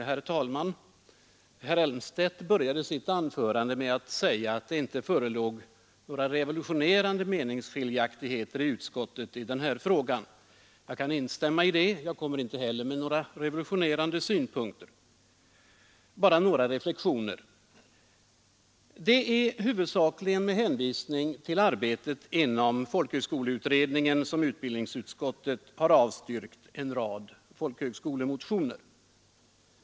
Herr talman! Herr Elmstedt började sitt anförande med att säga att det inte förelåg några revolutionerande meningsskiljaktigheter i utskottet i denna fråga. Jag kan instämma i det. Jag kommer inte heller med några revolutionerande synpunkter, bara några reflexioner. Det är huvudsakligen med hänvisning till arbetet inom folkhögskoleutredningen som utbildningsutskottet har avstyrkt en rad motioner om folkhögskolan.